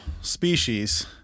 species